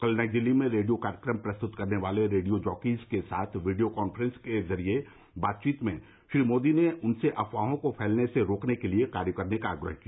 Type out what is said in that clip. कल नई दिल्ली में रेडियो कार्यक्रम प्रस्तुत करने वाले रेडियो जॉकीज़ के साथ वीडियो कांफ्रेंसिंग के जरिये बातचीत में श्री मोदी ने उनसे अफवाहों को फैलने से रोकने के लिए कार्य करने का आग्रह किया